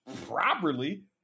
properly